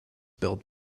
built